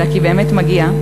אלא כי באמת מגיע,